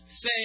Say